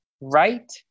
right